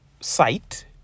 site